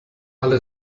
alle